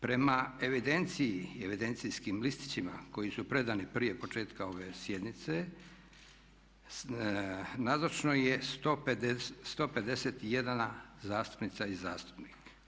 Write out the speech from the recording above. Prema evidenciji i evidencijskim listićima koji su predani prije početka ove sjednice nazočno je 151 zastupnica i zastupnik.